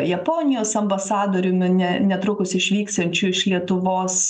japonijos ambasadoriumi ne netrukus išvyksiančiu iš lietuvos